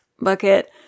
bucket